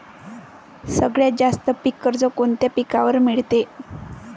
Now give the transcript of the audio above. सगळ्यात जास्त पीक कर्ज कोनच्या पिकावर मिळते?